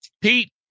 Pete